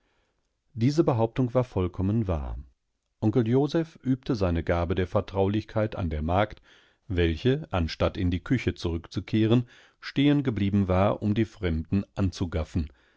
diese behauptung war vollkommen wahr onkel joseph übte seine gabe der vertraulichkeit an der magd welche anstatt in die küche zurückzukehren stehen geblieben war um die fremden anzugaffen